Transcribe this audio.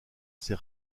ses